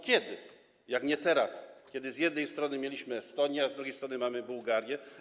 Kiedy, jak nie teraz, kiedy z jednej strony mieliśmy Estonię, a z drugiej strony mamy Bułgarię?